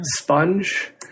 sponge